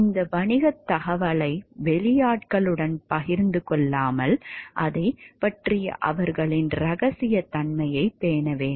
இந்த வணிகத் தகவலை வெளியாட்களுடன் பகிர்ந்து கொள்ளாமல் அதைப் பற்றிய அவர்களின் ரகசியத்தன்மையைப் பேண வேண்டும்